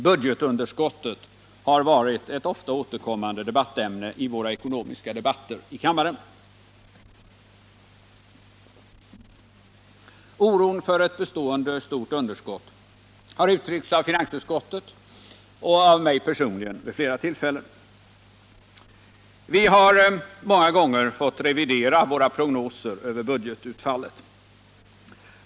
Budgetunderskottet har varit ett ofta återkommande ämne i våra ekonomiska debatter i kammaren. Oron för ett bestående stort underskott har uttryckts av finansutskottet och av mig personligen vid flera tillfällen. Vi har många gånger fått revidera våra prognoser över budgetutfallet.